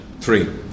Three